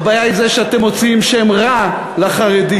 הבעיה היא זה שאתם מוציאים שם רע לחרדים.